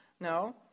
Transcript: No